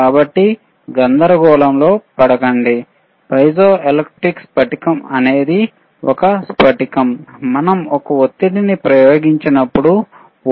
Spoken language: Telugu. కాబట్టి గందరగోళంలో పడకండి పైజోఎలెక్ట్రిక్ స్ఫటికo అనేది ఒక స్పటికం మనం ఒత్తిడిని ప్రయోగించినప్పుడు వోల్టేజ్లో మార్పును చూస్తాము